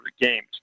games